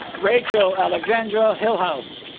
rachel alexandra hillhouse